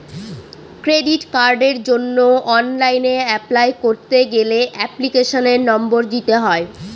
credit কার্ডের জন্য online apply করতে গেলে এপ্লিকেশনের নম্বর দিতে হয়